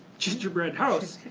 gingerbread house,